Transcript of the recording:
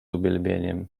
uwielbieniem